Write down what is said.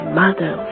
mother